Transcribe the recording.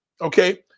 Okay